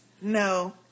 No